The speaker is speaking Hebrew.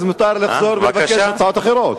מותר לחזור ולבקש הצעות אחרות.